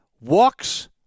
walks